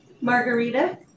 Margarita